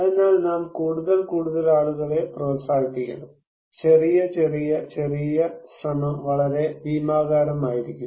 അതിനാൽ നാം കൂടുതൽ കൂടുതൽ ആളുകളെ പ്രോത്സാഹിപ്പിക്കണം ചെറിയ ചെറിയ ചെറിയ ശ്രമം വളരെ ഭീമാകാരമായിരിക്കും